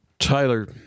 Tyler